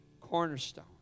cornerstone